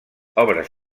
obres